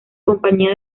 compañía